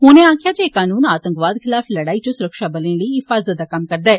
उनें आक्खेया जे एह कनून आतंकवाद खिलाफ लड़ाई इच सुरक्षाबलें लेई हिफाजत दा कम्म करदा ऐ